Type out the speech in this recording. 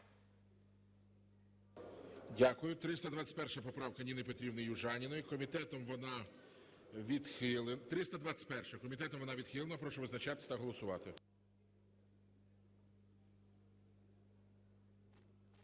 216 поправка Ніни Петрівни Южаніної. Комітетом вона відхилена. Прошу визначатись та голосувати.